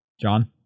John